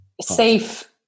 Safe